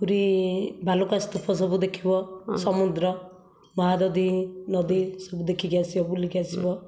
ପୁରୀ ବାଲୁକା ସ୍ତୁପ ସବୁ ଦେଖିବ ସମୁଦ୍ର ମହାଦଧି ନଦୀ ସବୁ ଦେଖିକି ଆସିବ ବୁଲିକି ଆସିବ